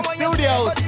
studios